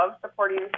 supporting